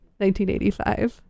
1985